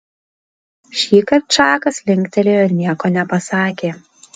šįkart čakas linktelėjo ir nieko nepasakė